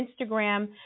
Instagram